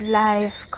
life